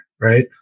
right